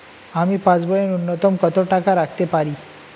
আমি পাসবইয়ে ন্যূনতম কত টাকা রাখতে পারি?